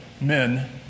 men